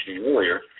earlier